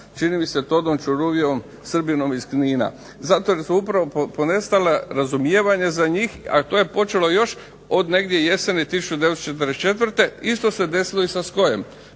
čini mi se Todom Ćurubijom Srbinom iz Knina zato jer su upravo ponestale razumijevanje za njih, a to je počelo još od negdje jeseni 1944. Isto se desilo i sa SKOJ-em.